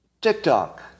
TikTok